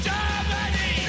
Germany